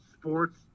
sports